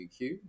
UQ